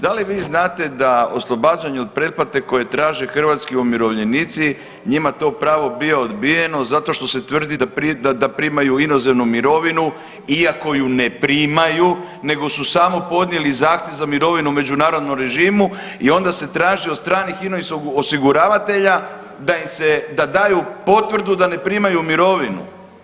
Da li vi znate da oslobađanje od pretplate koje traže hrvatski umirovljenici njima to pravo je bilo odbijeno zato što se tvrdi da primaju inozemnu mirovinu iako ju ne primaju, nego su samo podnijeli zahtjev za mirovinu po međunarodnom režimu i onda se traži od stranih ino-osiguravatelja da daju potvrdu da ne primaju mirovinu?